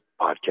Podcast